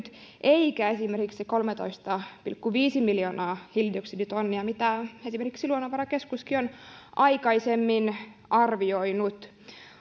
eikä esimerkiksi kolmetoista pilkku viisi miljoonaa hiilidioksiditonnia kuten esimerkiksi luonnonvarakeskuskin on aikaisemmin arvioinut